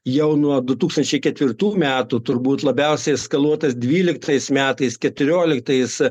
jau nuo du tūkstančiai ketvirtų metų turbūt labiausiai eskaluotas dvyliktais metais keturioliktais